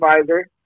advisor